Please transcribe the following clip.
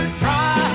try